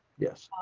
yes.